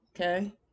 Okay